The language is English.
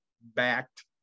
backed